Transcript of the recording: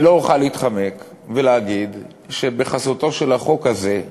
אני לא אוכל להתחמק מלהגיד שבחסותו של החוק הזה,